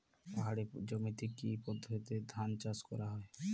পাহাড়ী জমিতে কি পদ্ধতিতে ধান চাষ করা যায়?